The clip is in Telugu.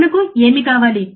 మనకు ఏమి కావాలి